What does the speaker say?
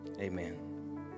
amen